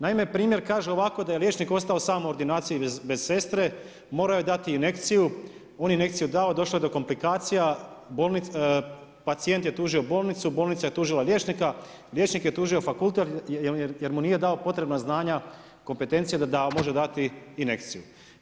Naime, primjer kaže ovako da je liječnik ostao sam u ordinaciji bez sestre, morao je dati injekciju, on je injekciju dao došlo je do komplikacija, pacijent je tužio bolnicu, bolnica je tužila liječnika, liječnik je tužio fakultet jer mu nije dao potrebna znanja i kompetencije da može dati injekciju.